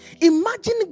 Imagine